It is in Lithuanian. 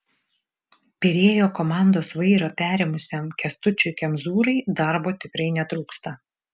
pirėjo komandos vairą perėmusiam kęstučiui kemzūrai darbo tikrai netrūksta